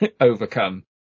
overcome